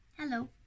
Hello